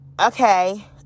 Okay